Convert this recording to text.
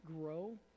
grow